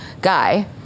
guy